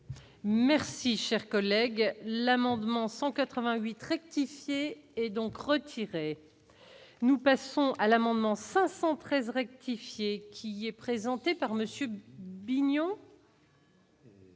Merci, cher collègue, l'amendement 188 rectifier et donc retirés, nous passons à l'amendement 513 rectifier qui est présenté par Monsieur